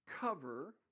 cover